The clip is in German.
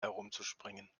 herumzuspringen